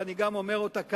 ואני גם אומר אותה כאן,